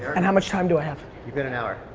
and how much time do i have? you've got an hour.